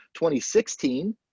2016